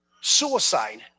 suicide